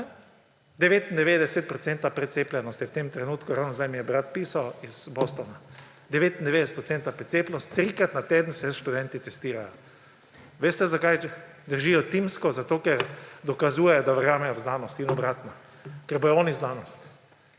precepljenost je v tem trenutku, ravno zdaj mi je brat pisal iz Bostona, 99-odstotna precepljenost, trikrat na teden se študenti testirajo. Veste zakaj držijo timsko? Zato ker dokazujejo, da verjamejo v znanost in obratno. Ker bodo oni znanost.